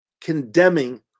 condemning